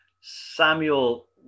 Samuel